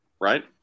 Right